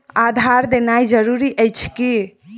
आधार देनाय जरूरी अछि की?